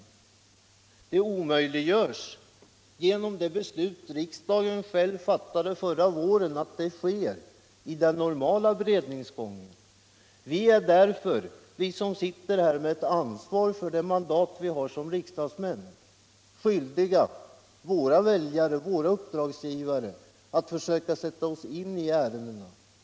Och det omöjliggörs genom det beslut riksdagen själv fattade förra våren, att det skall ske i den normala beredningsgången. Vi som sitter här är ju med det ansvar vi har för vårt mandat som riksdagsmän skyldiga våra väljare och uppdragsgivare att försöka sätta oss in i ärendena.